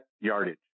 yardage